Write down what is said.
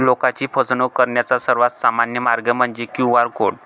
लोकांची फसवणूक करण्याचा सर्वात सामान्य मार्ग म्हणजे क्यू.आर कोड